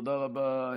תודה רבה,